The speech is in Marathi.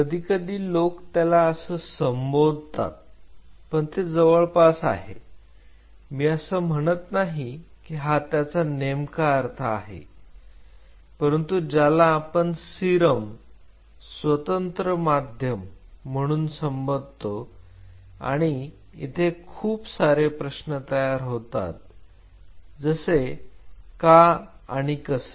कधी कधी लोक त्याला असं संबोधतात पण ते जवळपास आहे मी असं म्हणत नाही की हा त्याचा नेमका अर्थ आहे परंतु ज्याला आपण सिरम स्वतंत्र माध्यम म्हणून संबोधतो आणि इथे खूप सारे प्रश्न तयार होतात जसे का आणि कसे